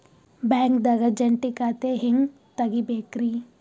ಬ್ಯಾಂಕ್ದಾಗ ಜಂಟಿ ಖಾತೆ ಹೆಂಗ್ ತಗಿಬೇಕ್ರಿ?